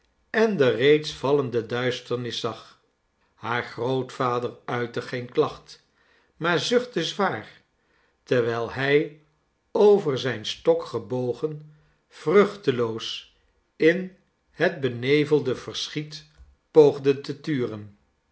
en de reeds vallende duisternis zag haar grootvader uitte geen klacht maar zuchtte zwaar terwijl hij over zijn stok gebogen vruchteloos in het benevelde verschiet poogde te turen